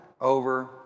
over